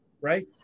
right